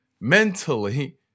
mentally